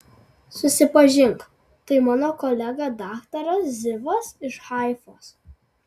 susipažink tai mano kolega daktaras zivas iš haifos